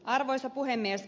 arvoisa puhemies